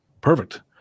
Perfect